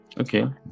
Okay